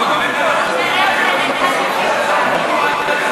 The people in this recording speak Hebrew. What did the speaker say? אני לא שומע.